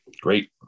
Great